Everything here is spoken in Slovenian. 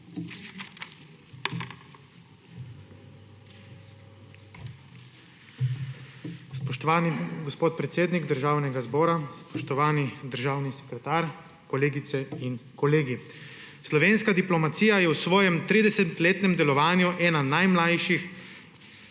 Spoštovani gospod predsednik Državnega zbora, spoštovani državni sekretar, kolegice in kolegi! Slovenska diplomacija je v svojem 30-letnem delovanju ena najmlajših